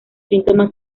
síntomas